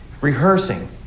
rehearsing